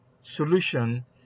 solution